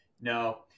No